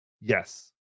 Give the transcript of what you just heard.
Yes